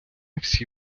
всі